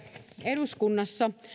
eduskunnassa